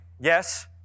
yes